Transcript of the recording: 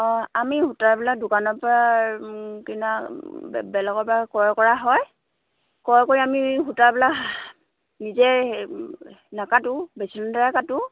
অঁ আমি সূতাবিলাক দোকানৰ পৰা কিনা বেলেগৰ পৰা ক্ৰয় কৰা হয় ক্ৰয় কৰি আমি সূতাবিলাক নিজে নাকাটো মেচিনৰ দ্বাৰা কাটো